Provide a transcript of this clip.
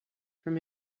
from